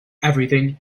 everything